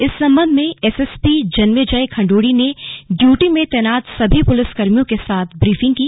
इस संबंध में एसएसपी जन्मेजय खंड्री ने ड्यूटी में तैनात सभी पुलिसकर्मियों के साथ ब्रीफिंग की